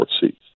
seats